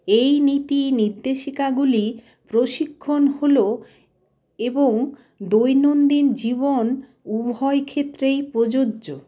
এই নীতি নির্দেশিকাগুলি প্রশিক্ষণ হলো এবং দৈনন্দিন জীবন উভয় ক্ষেত্রেই প্রযোজ্য